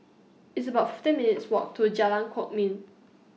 It's about fifty minutes' Walk to Jalan Kwok Min